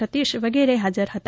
સતીશ વગેરે હાજર હતા